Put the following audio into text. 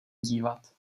dívat